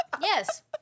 Yes